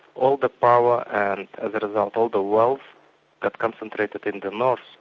all the power, and as a result, all the wealth that concentrated in the north,